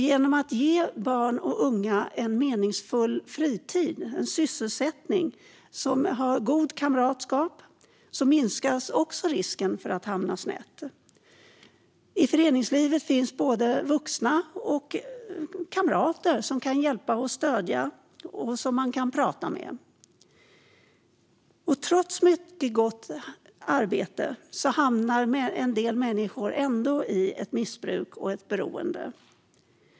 Genom att ge barn och unga en meningsfull fritid och sysselsättning med gott kamratskap minskar vi risken för att de ska hamna snett. I föreningslivet finns både vuxna och kamrater som kan hjälpa och stödja och som man kan prata med. Trots mycket gott arbete hamnar en del människor ändå i missbruk och beroende.